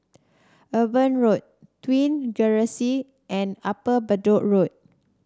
Eber Road Twin Regency and Upper Bedok Road